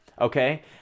okay